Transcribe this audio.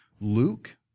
Luke